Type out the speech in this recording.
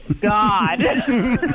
God